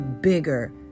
bigger